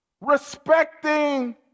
respecting